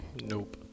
Nope